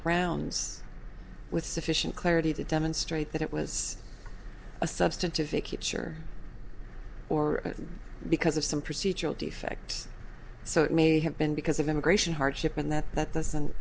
grounds with sufficient clarity to demonstrate that it was a substantive it keeps your or because of some procedural defect so it may have been because of immigration hardship and that that doesn't